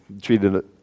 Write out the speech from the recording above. treated